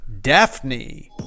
Daphne